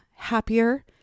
Happier